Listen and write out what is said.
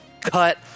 cut